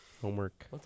Homework